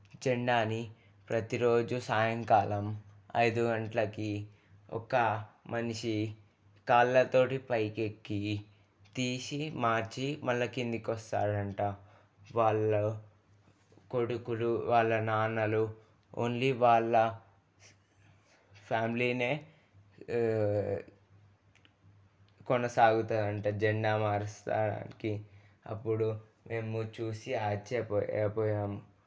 జెండాని ప్రతిరోజు సాయంకాలం ఐదు గంటలకి ఒక మనిషి కాళ్ళతో పైకి ఎక్కి తీసి మార్చి మళ్ళా కిందకి వస్తాడంట వాళ్ళ కొడుకులు వాళ్ళ నాన్నలు ఓన్లీ వాళ్ళ ఫ్యామిలీనే కొనసాగుతారంట జెండా మార్చడానికి అప్పుడు మేము చూసి ఆశ్చర్యపోయా పోయాము